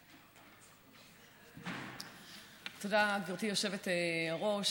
תודה, גברתי היושבת-ראש.